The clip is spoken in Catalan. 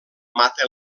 mata